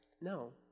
No